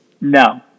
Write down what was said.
No